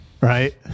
right